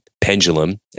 Pendulum